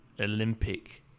Olympic